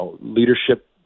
leadership